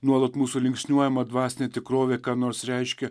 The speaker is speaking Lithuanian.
nuolat mūsų linksniuojama dvasinė tikrovė ką nors reiškia